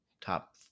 top